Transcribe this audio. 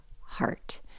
heart